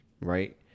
right